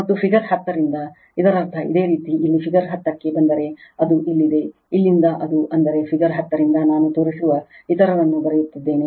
ಮತ್ತು ಫಿಗರ್ 10 ರಿಂದ ಇದರರ್ಥ ಇದೇ ರೀತಿ ಇಲ್ಲಿ ಫಿಗರ್ 10 ಕ್ಕೆ ಬಂದರೆ ಅದು ಇಲ್ಲಿದೆ ಇಲ್ಲಿಂದ ಅದು ಅಂದರೆ ಫಿಗರ್ 10 ರಿಂದ ನಾನು ತೋರಿಸುವ ಇತರರನ್ನು ಬರೆಯುತ್ತಿದ್ದೇನೆ